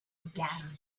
gas